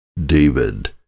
David